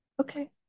okay